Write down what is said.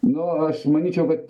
nu aš manyčiau kad